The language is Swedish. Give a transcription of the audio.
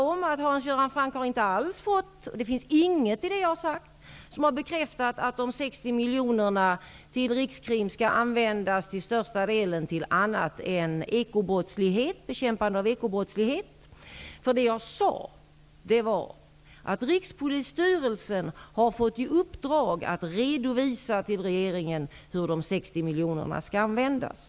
Det finns inget i det som jag har sagt som bekräftar att de 60 miljonerna till Rikskriminalen till största delen skall användas till annat än bekämpande av ekobrottslighet. Jag sade att Rikspolisstyrelsen har fått i uppdrag att till regeringen redovisa hur de 60 miljonerna skall användas.